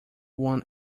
one